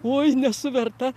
uoj nesu verta